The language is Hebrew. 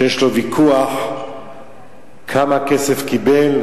שיש לו ויכוח כמה כסף קיבל,